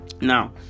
now